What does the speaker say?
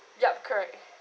yup correct